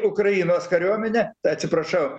ukrainos kariuomenė atsiprašau